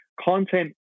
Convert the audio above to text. content